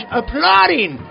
applauding